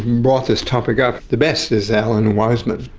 brought this topic up the best is alan weisman.